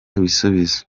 ibisubizo